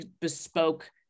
bespoke